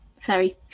Sorry